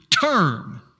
term